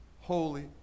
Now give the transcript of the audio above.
Holy